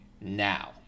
now